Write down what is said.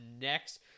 next